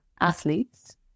athletes